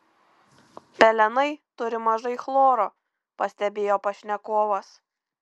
pelenai turi mažai chloro pastebėjo pašnekovas